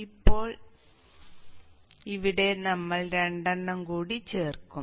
ഇപ്പോൾ ഇവിടെ നമ്മൾ രണ്ടെണ്ണം കൂടി ചേർക്കും